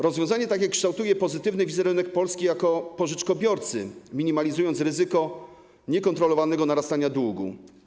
Rozwiązanie takie kształtuje pozytywny wizerunek Polski jako pożyczkobiorcy, minimalizując ryzyko niekontrolowanego narastania długu.